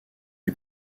est